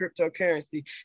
cryptocurrency